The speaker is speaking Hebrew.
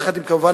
כמובן,